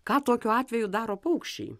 ką tokiu atveju daro paukščiai